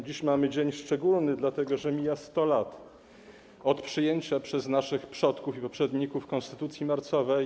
Dziś mamy dzień szczególny, dlatego że mija 100 lat od przyjęcia przez naszych przodków i poprzedników konstytucji marcowej.